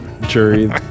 jury